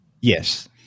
Yes